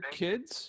kids